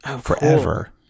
forever